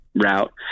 route